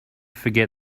forget